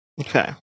Okay